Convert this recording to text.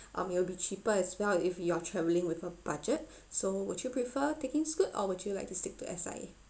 um it will be cheaper as well if you're travelling with a budget so would you prefer taking Scoot or would you like to stick to S_I_A